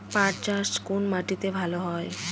পাট চাষ কোন মাটিতে ভালো হয়?